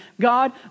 God